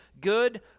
good